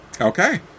Okay